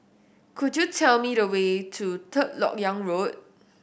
could you tell me the way to Third Lok Yang Road